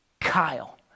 Kyle